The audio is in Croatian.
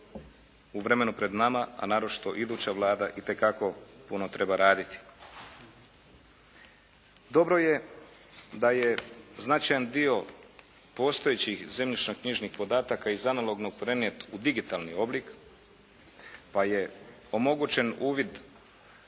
u vremenu pred nama, a naročito iduća Vlada itekako puno treba raditi. Dobro je da je značajan dio postojećih zemljišno-knjižnih podataka iz analognog prenijet u digitalni oblik, pa je omogućen uvid